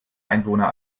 einwohner